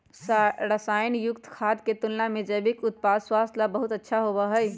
रसायन युक्त खाद्य के तुलना में जैविक उत्पाद स्वास्थ्य ला बहुत अच्छा होबा हई